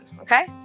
Okay